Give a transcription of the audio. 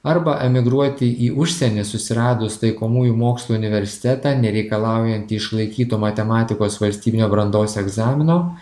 arba emigruoti į užsienį susiradus taikomųjų mokslų universitetą nereikalaujantį išlaikyto matematikos valstybinio brandos egzamino